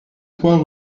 trois